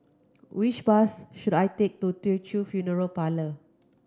which bus should I take to Teochew Funeral Parlour